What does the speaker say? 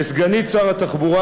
לסגנית שר התחבורה,